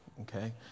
okay